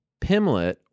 Pimlet